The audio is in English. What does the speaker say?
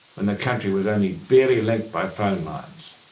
when the country was only barely linked by phone lines.